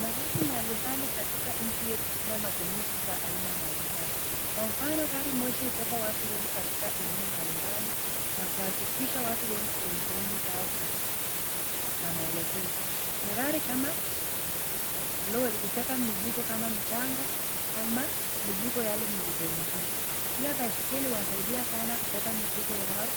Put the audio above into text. Magari mbali mbali katika nchi yetu zina matumizi za aina mbali mbali. Kwa mfano gari moshi hubeba watu wengi katika eneo mbalimbali na kuwafikisha watu wengi katika sehemu zao za maelekeo. Magari kama lori hubeba mzigo kama mchanga ama mizigo yale mzito mzito. Pia baiskeli huwasaidia sana kubeba mizigo yao